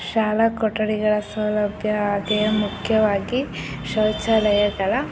ಶಾಲಾ ಕೊಠಡಿಗಳ ಸೌಲಭ್ಯ ಹಾಗೆಯೇ ಮುಖ್ಯವಾಗಿ ಶೌಚಾಲಯಗಳ